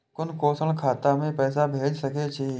कुन कोण खाता में पैसा भेज सके छी?